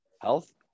health